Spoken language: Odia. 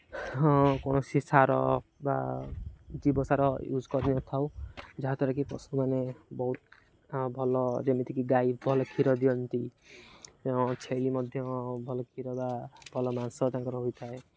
ହଁ କୌଣସି ସାର ବା ଜୀବସାର ୟୁଜ୍ କରିନଥାଉ ଯାହା ଦ୍ୱାରାକିି ପଶୁମାନେ ବହୁତ ଭଲ ଯେମିତିକି ଗାଈ ଭଲ କ୍ଷୀର ଦିଅନ୍ତି ଛେଳି ମଧ୍ୟ ଭଲ କ୍ଷୀର ବା ଭଲ ମାଂସ ତାଙ୍କର ହୋଇଥାଏ